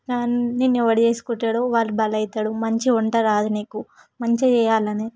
నిన్ను ఎవడు చేసుకుంటాడో వాడు బలవుతాడు మంచి వంట రాదు నీకు మంచిగా చేయాలనీ